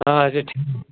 اَچھا ٹھیٖک